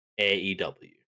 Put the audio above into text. AEW